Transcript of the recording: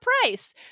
price